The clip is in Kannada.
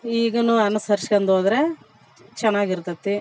ಈಗ ಅನುಸರಿಸ್ಕೊಂಡ್ ಹೋದ್ರೆ ಚೆನ್ನಾಗ್ ಇರ್ತದೆ